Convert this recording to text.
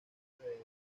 delegados